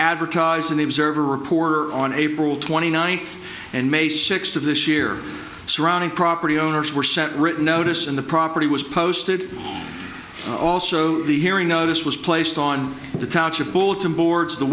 advertised in the observer reporter on april twenty ninth and may sixth of this year surrounding property owners were sent written notice in the property was posted also the hearing notice was placed on the township bulletin boards the